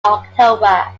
october